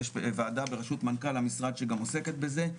יש גם ועדה בראשות מנכ"ל המשרד שעוסקת בזה.